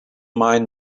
mine